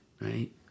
right